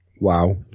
Wow